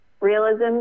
Realism